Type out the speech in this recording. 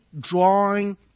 drawing